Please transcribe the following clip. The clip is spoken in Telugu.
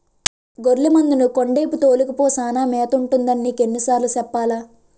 గొర్లె మందని కొండేపు తోలుకపో సానా మేతుంటదని నీకెన్ని సార్లు సెప్పాలా?